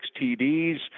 TDs